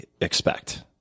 expect